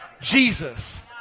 Jesus